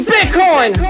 Bitcoin